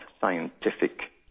scientific